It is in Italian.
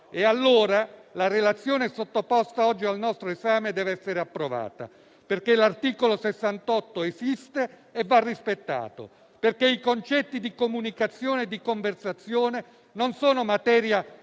ciò, la relazione sottoposta oggi al nostro esame deve essere approvata. Perché l'articolo 68 esiste e va rispettato. Perché i concetti di "comunicazione" o di "conversazione" non sono materia per